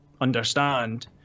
understand